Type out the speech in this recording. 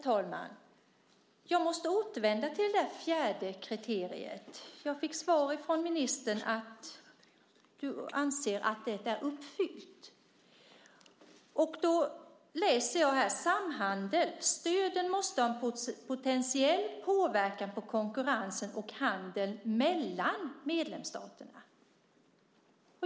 Herr talman! Jag måste återvända till det fjärde kriteriet. Jag fick svaret från ministern att hon anser att det är uppfyllt. Jag läser här om samhandel: Stöden måste ha en potentiell påverkan på konkurrensen och handeln mellan medlemsstaterna.